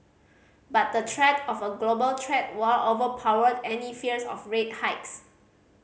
but the threat of a global trade war overpowered any fears of rate hikes